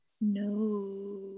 No